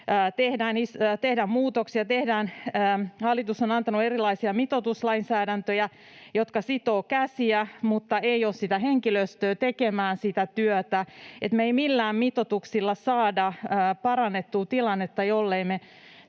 tehdään muutoksia, hallitus on antanut erilaisia mitoituslainsäädäntöjä, jotka sitovat käsiä, mutta ei ole sitä henkilöstöä tekemään sitä työtä. Me emme millään mitoituksilla saa parannettua tilannetta, jollei